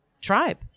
tribe